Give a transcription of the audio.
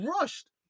rushed